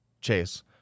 Chase